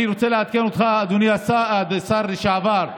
אני רוצה לעדכן אותך, אדוני השר לשעבר,